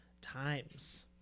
times